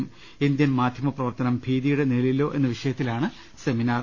Indian മാധ്യമപ്രവർത്തനം ഭീതിയുടെ നിഴലിലോ എന്ന വിഷയത്തിലാണ് സെമിനാർ